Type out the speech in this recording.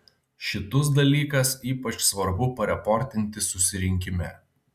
šitus dalykas ypač svarbu pareportinti susirinkime